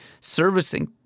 servicing